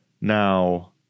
Now